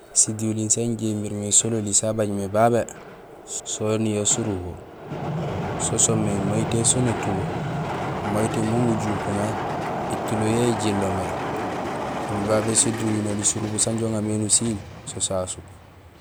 SDiduliin saan injé imimé sololi so sabaj mé babé so soniyee surubo so soomé mayitee sén étulo mayitee mo mujuk mé; étulo yo éjilo méoli babé siduliin oli surubo sanja uŋa mé nusiil so sasu.